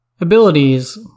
Abilities